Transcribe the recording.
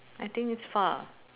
I think it's far